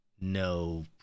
no